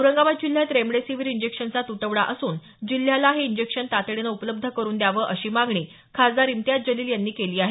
औरंगाबाद जिल्ह्यात रेमडेसीवीर इंजेक्शनचा तुटवडा असून जिल्ह्याल्या हे इंजेक्शन तातडीनं उपलब्ध करुन द्यावं अशी मागणी खासदार इम्तियाज जलिल यांनी केली आहे